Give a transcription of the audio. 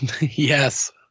Yes